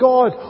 God